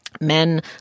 men